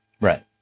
Right